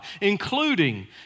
including